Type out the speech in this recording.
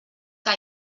que